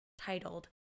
titled